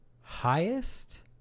Highest